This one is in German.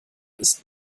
ist